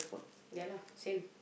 ya lah same